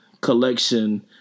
collection